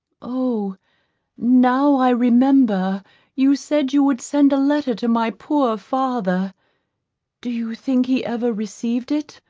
oh now i remember you said you would send a letter to my poor father do you think he ever received it?